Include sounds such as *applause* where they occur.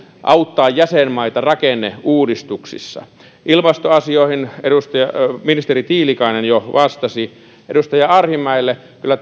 auttaa jäsenmaita rakenneuudistuksissa ilmastoasioihin ministeri tiilikainen jo vastasi edustaja arhinmäelle kyllä *unintelligible*